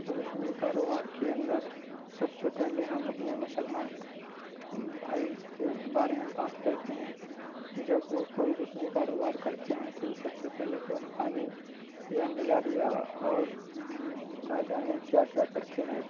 رسمی کاروبار کے اندر سب سے پہلے ہم اپنے مسلمان بھائی کے بارے میں بات کرتے ہیں جب وہ کوئی رسمی کاروبار کرتے ہیں تو سب سے پہلے قرآن خوانی یا میلاد یا اور نہ جانے کیا کیا کرتے ہیں